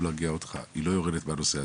היא לא יורדת מהנושא הזה.